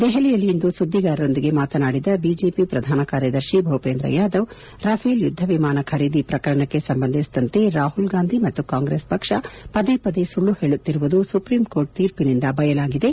ದೆಹಲಿಯಲ್ಲಿಂದು ಸುದ್ದಿಗಾರರೊಂದಿಗೆ ಮಾತನಾಡಿದ ಬಿಜೆಪಿ ಪ್ರಧಾನ ಕಾರ್ಯದರ್ಶಿ ಭೂಷೇಂದ್ರ ಯಾದವ್ ರಫೇಲ್ ಯುದ್ದ ವಿಮಾನ ಖರೀದಿ ಶ್ರಕರಣಕ್ಕೆ ಸಂಬಂಧಿಸಿದಂತೆ ರಾಹುಲ್ಗಾಂಧಿ ಮತ್ತು ಕಾಂಗ್ರೆಸ್ ಪಕ್ಷ ಪದೆ ಪದೇ ಸುಳ್ಳು ಹೇಳುತ್ತಿರುವುದು ಸುಪ್ರೀಂ ಕೋರ್ಟ್ ತೀರ್ಪಿನಿಂದ ಬಯಲಾಗಿದೆ